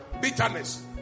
bitterness